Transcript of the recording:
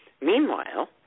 Meanwhile